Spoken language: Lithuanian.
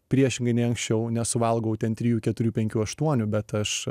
priešingai nei anksčiau nesuvalgau ten trijų keturių penkių aštuonių bet aš